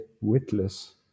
witless